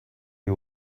you